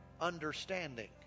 understanding